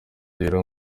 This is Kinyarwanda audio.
rero